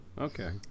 Okay